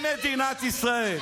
במדינת ישראל.